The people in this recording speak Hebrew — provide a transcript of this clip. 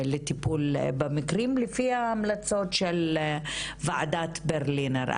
לטיפול במקרים וזה לפי ההמלצות של וועדת ברלינר.